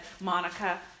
Monica